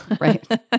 Right